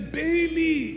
daily